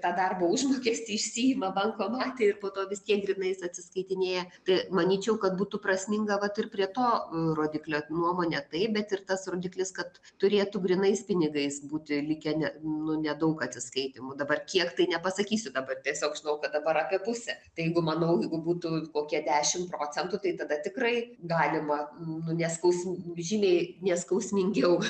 tą darbo užmokestį išsiima bankomate ir po to vis tiek grynais atsiskaitinėja tai manyčiau kad būtų prasminga vat ir prie to rodiklio nuomonė taip bet ir tas rodiklis kad turėtų grynais pinigais būti likę ne nu nedaug atsiskaitymų dabar kiek tai nepasakysiu dabar tiesiog žinau kad dabar apie pusę tai jeigu manau jeigu būtų kokie dešim procentų tai tada tikrai galima nu neskausm žymiai neskausmingiau